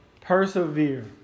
persevere